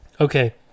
Okay